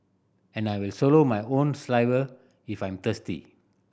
and I will swallow my own saliva if I'm thirsty